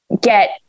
get